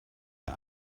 der